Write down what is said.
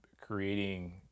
creating